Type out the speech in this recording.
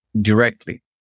directly